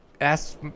ask